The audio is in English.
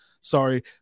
sorry